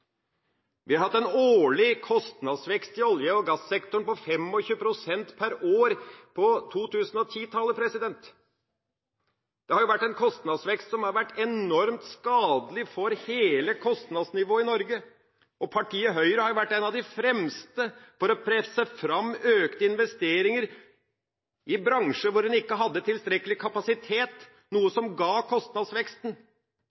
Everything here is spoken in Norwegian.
Vi har hatt en årlig kostnadsvekst i olje- og gassektoren på 25 pst. per år på 2000-tallet. Det har vært en kostnadsvekst som har vært enormt skadelig for hele kostnadsnivået i Norge, og partiet Høyre har vært en av de fremste til å presse fram økte investeringer i bransjer hvor en ikke hadde tilstrekkelig kapasitet, noe